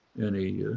any